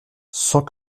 sans